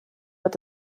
wird